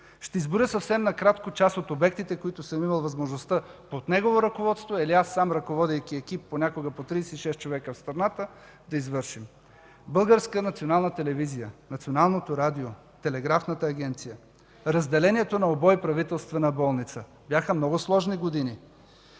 Ще изброя съвсем накратко част от обектите, които съм имал възможността под негово ръководство или аз сам, ръководейки екип, понякога от 36 човека в страната, да извършим: Българска национална телевизия, Националното радио, Телеграфната агенция, разделението на УБО и Правителствена болница – бяха много сложни години,